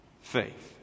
faith